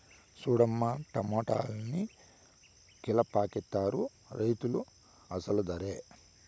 సూడమ్మో టమాటాలన్ని కీలపాకెత్తనారు రైతులు అసలు దరే